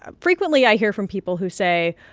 ah frequently, i hear from people who say,